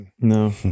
no